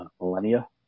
millennia